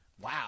Wow